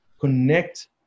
connect